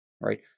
right